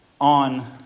on